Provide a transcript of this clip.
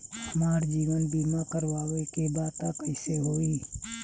हमार जीवन बीमा करवावे के बा त कैसे होई?